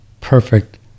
perfect